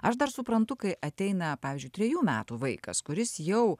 aš dar suprantu kai ateina pavyzdžiui trejų metų vaikas kuris jau